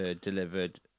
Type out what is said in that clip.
delivered